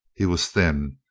he was thin.